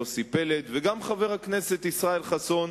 יוסי פלד וגם חבר הכנסת ישראל חסון.